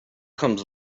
comes